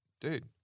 Dude